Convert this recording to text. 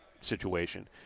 situation